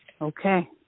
Okay